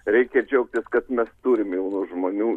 reikia džiaugtis kad mes turim jaunų žmonių